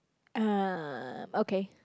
um okay